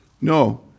No